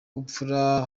bupfura